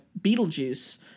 Beetlejuice